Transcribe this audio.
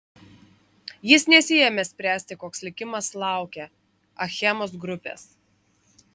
jis nesiėmė spręsti koks likimas laukia achemos grupės